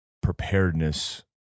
preparedness